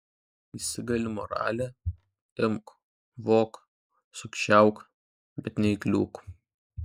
įsigali moralė imk vok sukčiauk bet neįkliūk